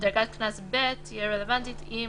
דרגת קנס ב' תהיה רלוונטית אם